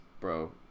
bro